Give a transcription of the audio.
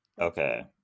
Okay